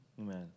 Amen